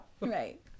Right